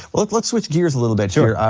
let's let's switch gears a little bit yeah here.